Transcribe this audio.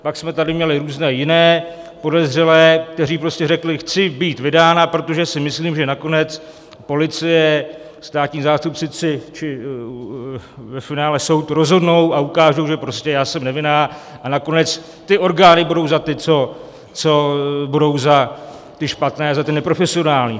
Pak jsme tady měli různé jiné podezřelé, kteří prostě řekli: Chci být vydána, protože si myslím, že nakonec policie, státní zástupci či ve finále soud rozhodnou a ukážou, že já jsem nevinná, a nakonec ty orgány budou za ty, co budou za ty špatné a neprofesionální.